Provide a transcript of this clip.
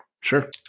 Sure